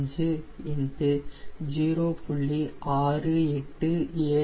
225 0